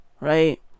Right